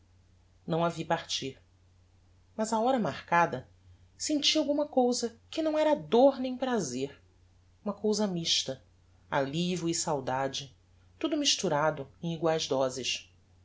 não a vi partir mas á hora marcada senti alguma cousa que não era dor nem prazer uma cousa mixta allivio e saudade tudo misturado em eguaes doses